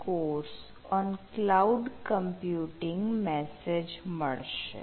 " message મળશે